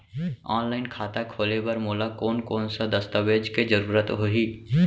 Online खाता खोले बर मोला कोन कोन स दस्तावेज के जरूरत होही?